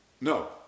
No